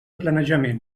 planejament